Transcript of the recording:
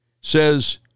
says